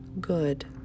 Good